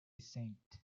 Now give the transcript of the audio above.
saint